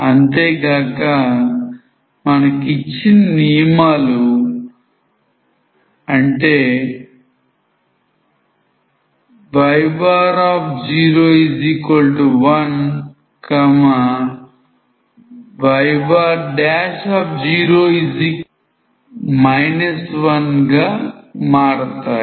అంతేగాక మనకు ఇచ్చిన నియమాలు y01 y0 1 గా మారుతాయి